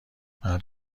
مرد